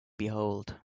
behold